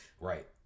Right